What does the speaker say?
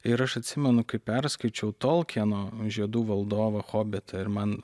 ir aš atsimenu kai perskaičiau tolkeno žiedų valdovą hobitą ir man